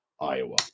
Iowa